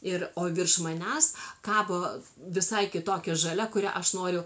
ir o virš manęs kabo visai kitokia žalia kuria aš noriu